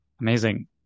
Amazing